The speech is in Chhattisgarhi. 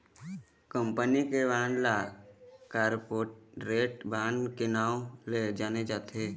कंपनी के बांड ल कॉरपोरेट बांड के नांव ले जाने जाथे